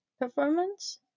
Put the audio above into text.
performance